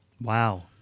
Wow